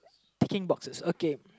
picking boxes okay